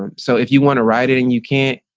um so if you want to ride it and you can't,